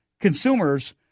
consumers